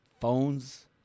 phones